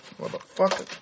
Motherfucker